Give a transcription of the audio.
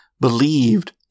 believed